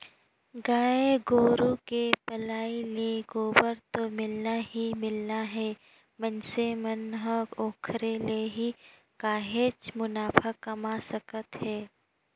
गाय गोरु के पलई ले गोबर तो मिलना ही मिलना हे मइनसे मन ह ओखरे ले ही काहेच मुनाफा कमा सकत हे